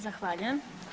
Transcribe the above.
Zahvaljujem.